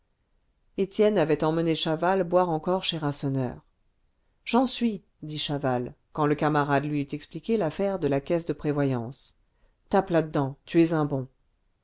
étienne avait emmené chaval boire encore chez rasseneur j'en suis dit chaval quand le camarade lui eut expliqué l'affaire de la caisse de prévoyance tape là-dedans tu es un bon